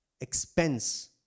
expense